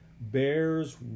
bears